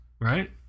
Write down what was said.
right